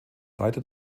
leiter